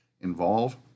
involve